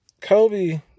Kobe